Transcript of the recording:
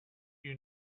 you